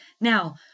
Now